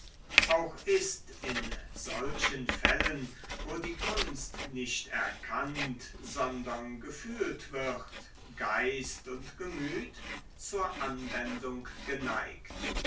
auch ist in solchen fällen wo die kunst nicht erkannt sondern gefühlt wird geist und gemüt zur anwendung geneigt